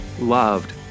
loved